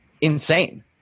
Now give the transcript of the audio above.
insane